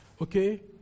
Okay